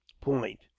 point